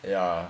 ya